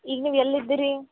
ಈಗ ನೀವು ಎಲ್ಲಿದ್ದೀರಿ